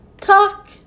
talk